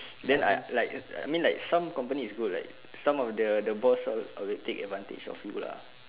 then I like I mean like some company is good like some of the the boss all will take advantage of you lah